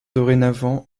dorénavant